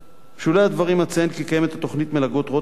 בשולי הדברים אציין כי קיימת תוכנית מלגות רוטנשטרייך,